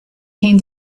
came